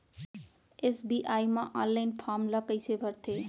SBI म online form ल कइसे भरथे?